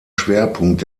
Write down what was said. schwerpunkt